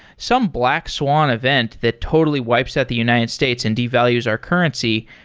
some black swan event that totally wipes out the united states and devalues our currency,